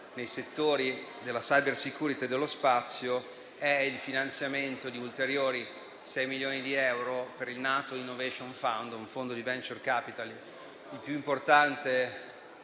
nei settori della *cybersecurity* e dello spazio, è il finanziamento di ulteriori 6 milioni di euro per il NATO Innovation Fund, un fondo di *venture capital*, il più importante